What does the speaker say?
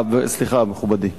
סליחה, מכובדי.